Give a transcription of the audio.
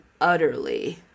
utterly